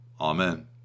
Amen